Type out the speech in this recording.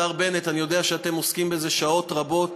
השר בנט, אני יודע שאתם עוסקים בזה שעות רבות,